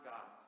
God